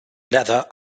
leather